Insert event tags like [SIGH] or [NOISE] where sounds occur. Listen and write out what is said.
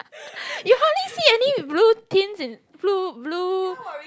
[LAUGHS] you only see any with blue tins and blue blue